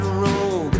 road